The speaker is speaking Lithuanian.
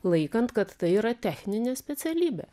laikant kad tai yra techninė specialybė